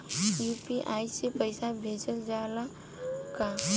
UPI से पईसा भेजल जाला का?